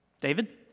David